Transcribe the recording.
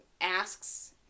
asks